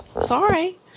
Sorry